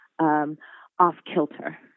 off-kilter